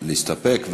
להסתפק?